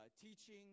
teaching